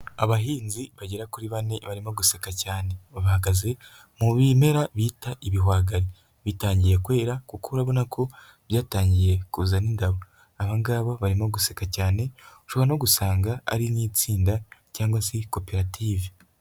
Abahinzi bagera kuri bane barimo guseka cyane, bahagaze mu bimera bita ibihwagari, bitangiye kwera kuko urabona ko byatangiye kuzana indabo, abanga barimo guseka cyane, ushobora no gusanga ari n'itsinda cyangwa se koperative.